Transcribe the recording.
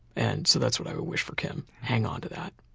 and so that's what i wish for kim. hang on to that.